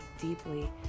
deeply